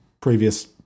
previous